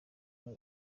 umwe